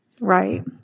Right